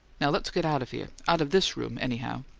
now let's get out of here out of this room, anyhow.